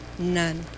none